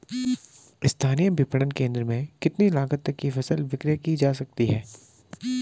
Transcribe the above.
स्थानीय विपणन केंद्र में कितनी लागत तक कि फसल विक्रय जा सकती है?